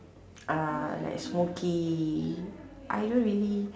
uh like smoky I don't really